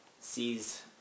sees